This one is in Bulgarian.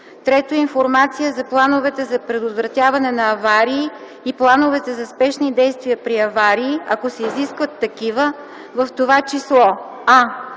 3. информация за плановете за предотвратяване на аварии и плановете за спешни действия при аварии, ако се изискват такива, в това число: а)